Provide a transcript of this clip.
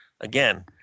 Again